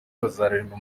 bazaririmba